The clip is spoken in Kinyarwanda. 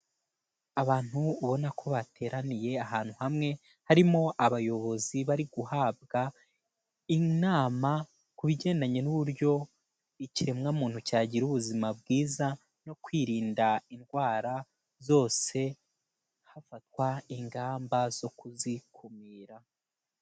Abantu ubona ko bateraniye ahantu hamwe, harimo abayobozi bari guhabwa, inama ku bijyanye n'uburyo ikiremwamuntu cyagira ubuzima bwiza, no kwirinda indwara zose, hafatwa ingamba zo kuzikumira.